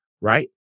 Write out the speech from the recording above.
right